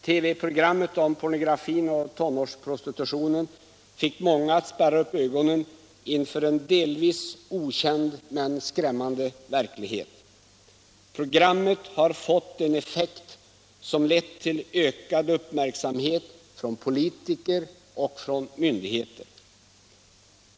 TV-programmet pornografi och om pornografin och tonårsprostitutionen fick många att spärra upp ögonen = prostitution inför en delvis okänd men skrämmande verklighet. Programmet har fått en effekt som lett till ökad uppmärksamhet från politiker och myndigheter.